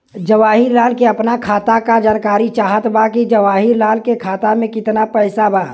जवाहिर लाल के अपना खाता का जानकारी चाहत बा की जवाहिर लाल के खाता में कितना पैसा बा?